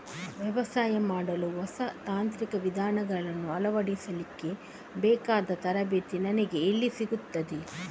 ವ್ಯವಸಾಯ ಮಾಡಲು ಹೊಸ ತಾಂತ್ರಿಕ ವಿಧಾನಗಳನ್ನು ಅಳವಡಿಸಲಿಕ್ಕೆ ಬೇಕಾದ ತರಬೇತಿ ನನಗೆ ಎಲ್ಲಿ ಸಿಗುತ್ತದೆ?